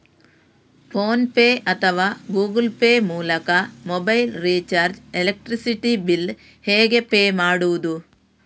Phone pay ಅಥವಾ Google pay ಮೂಲಕ mobile recharge, electricity bill ಹೇಗೆ ಪೇ ಮಾಡುವುದು?